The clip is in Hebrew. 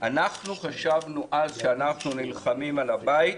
אז שקודם נילחם על הבית,